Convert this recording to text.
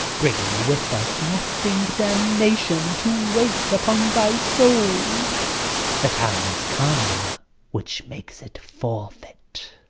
bringing with us lasting damnation to wait upon thy soul the time is come which makes it forfeit.